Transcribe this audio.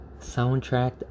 soundtrack